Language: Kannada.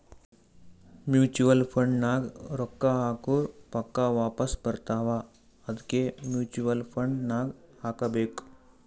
ಮೂಚುವಲ್ ಫಂಡ್ ನಾಗ್ ರೊಕ್ಕಾ ಹಾಕುರ್ ಪಕ್ಕಾ ವಾಪಾಸ್ ಬರ್ತಾವ ಅದ್ಕೆ ಮೂಚುವಲ್ ಫಂಡ್ ನಾಗ್ ಹಾಕಬೇಕ್